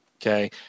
okay